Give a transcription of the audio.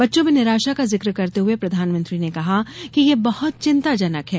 बच्चों में निराशा का जिक्र करते हुए प्रधानमंत्री ने कहा कि यह बहुत चिंताजनक है